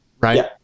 right